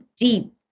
deep